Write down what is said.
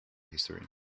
history